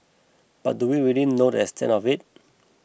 but do we really know the extent of it